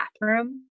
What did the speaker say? bathroom